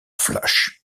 flash